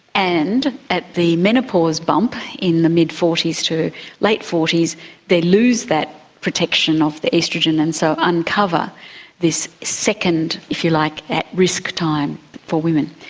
and at the menopause bump in the mid forty s to late forty they lose that protection of oestrogen, and so uncover this second if you like at risk time for women.